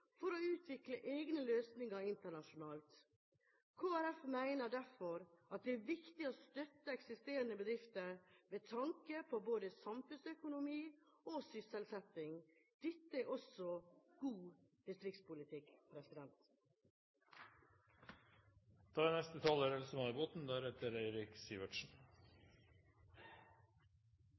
for å utvikle egne løsninger internasjonalt. Kristelig Folkeparti mener derfor at det er viktig å støtte eksisterende bedrifter med tanke på både samfunnsøkonomi og sysselsetting. Dette er også god distriktspolitikk.